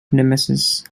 nemesis